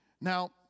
now